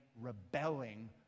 rebelling